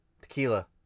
Tequila